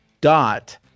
dot